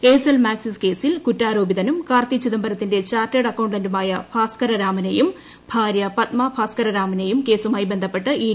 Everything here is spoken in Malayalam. എയർ സെൽ മാക്സിസ് കേസ്സിൽ കുറ്റാരോപിതുനുകൃ കാർത്തി ചിദംബരത്തിന്റെ ചാർട്ടേഡ് അക്കൌണ്ടന്റായ ഭാസ്കര് രാമ്നെയും ഭാര്യ പത്മ ഭാസ്കര രാമ നെയും കേസ്സുമായി ബന്ധപ്പെട്ട് ഇ്